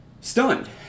stunned